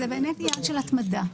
זה באמת עניין של התמדה.